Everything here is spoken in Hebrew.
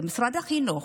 במשרד החינוך,